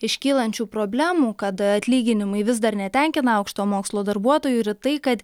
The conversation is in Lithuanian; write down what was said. iš kylančių problemų kad atlyginimai vis dar netenkina aukštojo mokslo darbuotojų yra tai kad